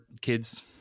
kid's